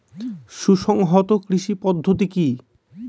সুসংহত কৃষি পদ্ধতি কি?